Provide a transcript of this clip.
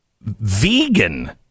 vegan